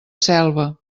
selva